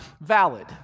valid